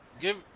give